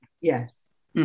Yes